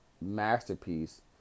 masterpiece